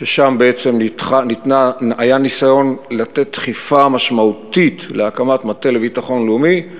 שם בעצם היה ניסיון לתת דחיפה משמעותית להקמת מטה לביטחון לאומי,